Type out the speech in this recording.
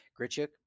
Grichuk